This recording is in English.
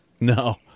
No